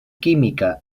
química